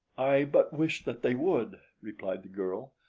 i but wish that they would, replied the girl.